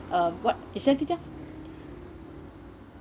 uh what is the